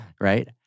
right